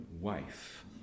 wife